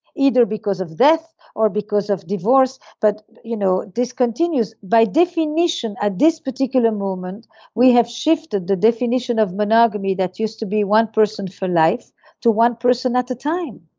either because of death or because of divorce but you know this continues by definition at this particular moment we have shifted the definition of monogamy that used to be one person for life to one person at a time.